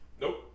Nope